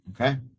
Okay